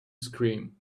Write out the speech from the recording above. scream